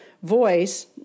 voice